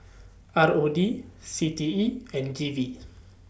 R O D C T E and G V